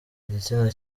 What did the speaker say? igitsina